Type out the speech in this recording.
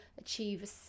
achieve